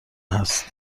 هست